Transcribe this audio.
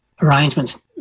arrangements